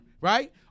right